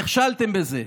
נכשלתם בזה.